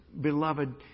Beloved